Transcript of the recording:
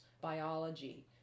biology